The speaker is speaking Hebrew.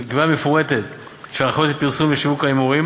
מפורטת של הנחיות לפרסום ושיווק הימורים,